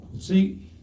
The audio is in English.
See